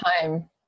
time